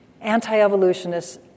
anti-evolutionists